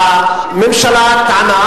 והממשלה טענה,